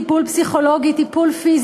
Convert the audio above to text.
טיפול פיזי.